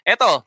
Eto